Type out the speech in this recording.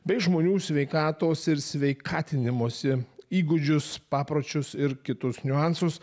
bei žmonių sveikatos ir sveikatinimosi įgūdžius papročius ir kitus niuansus